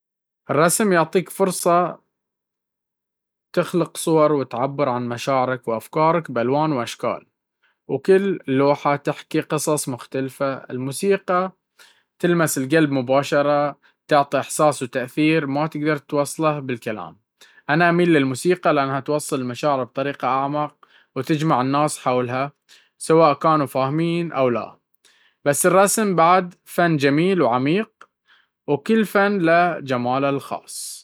الرسم يعطيك فرصة تخلق صور وتعبّر عن مشاعرك وأفكارك بألوان وأشكال، وكل لوحة تحكي قصة مختلفة. الموسيقى تلمس القلب مباشرة، تعطي إحساس وتأثير ما تقدر توصله بالكلام. أنا أميل للموسيقى، لأنها توصل للمشاعر بطريقة أعمق، وتجمع الناس حولها، سواء كانوا فاهمين أو لا. بس الرسم بعد فن جميل وعميق، وكل فن له جماله الخاص.